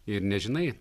ir nežinai